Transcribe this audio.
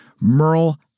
Merle